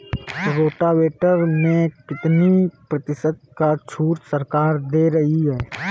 Rotavator में कितनी प्रतिशत का छूट सरकार दे रही है?